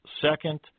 second